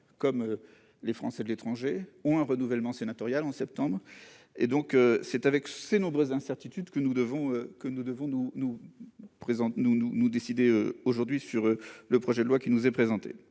comme les Français de l'étranger, doit procéder à un renouvellement sénatorial en septembre. C'est donc en tenant compte de ces nombreuses incertitudes que nous devons nous décider aujourd'hui sur le projet de loi qui nous est présenté.